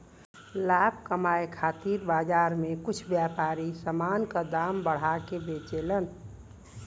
लाभ कमाये खातिर बाजार में कुछ व्यापारी समान क दाम बढ़ा के बेचलन